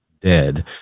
dead